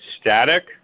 static